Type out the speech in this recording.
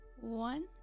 one